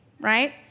right